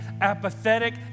apathetic